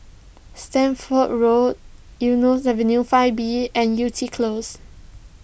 Stamford Road Eunos Avenue five b and Yew Tee Close